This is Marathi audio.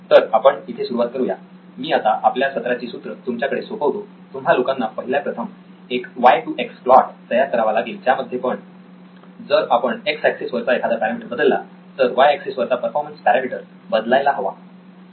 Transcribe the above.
तर आपण इथे सुरुवात करूया मी आता आपल्या सत्राची सूत्र तुमच्याकडे सोपवतो तुम्हा लोकांना पहिल्याप्रथम एक वाय टू एक्स प्लॉट तयार करावा लागेल ज्यामध्ये जर आपण एक्स ऍक्सिस वरचा एखादा पॅरामिटर बदलला तर वाय ऍक्सिस वरचा परफॉर्मन्स पॅरामीटर बदलायला हवा